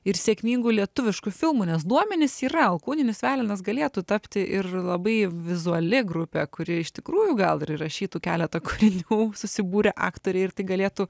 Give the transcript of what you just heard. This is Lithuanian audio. ir sėkmingu lietuvišku filmu nes duomenys yra alkūninis velenas galėtų tapti ir labai vizuali grupė kuri iš tikrųjų gal ir įrašytų keletą kūrinių susibūrę aktoriai ir tai galėtų